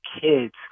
kids